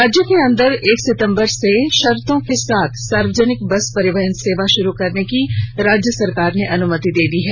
राज्य के अंदर एक सितंबर से शर्तो के साथ सार्वजनिक बस परिचालन सेवा शुरू करने की राज्य सरकार ने अनुमति दे दी है